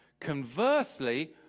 Conversely